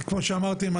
וכמו שאמרתם,